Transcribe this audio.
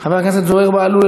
חבר הכנסת זוהיר בהלול,